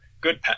good